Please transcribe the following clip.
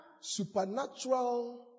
Supernatural